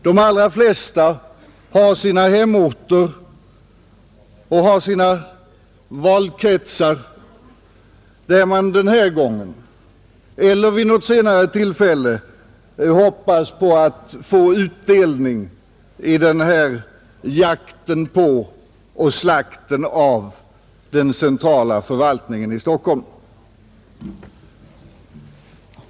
De allra flesta har sina hemorter och sina valkretsar där man denna gång eller vid något senare tillfälle hoppas på att få utdelning i denna jakt på och slakt av den centrala förvaltningen i Stockholm.